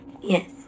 Yes